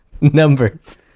Numbers